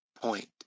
point